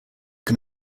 can